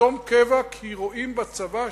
לחתום קבע, כי רואים בצבא שליחות.